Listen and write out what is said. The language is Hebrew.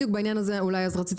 בדיוק בעניין הזה רציתי